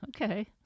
Okay